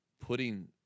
putting